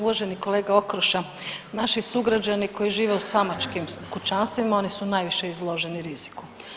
Uvaženi kolega Okroša, naći sugrađani koji žive u samačkim kućanstvima oni su najviše izloženi riziku.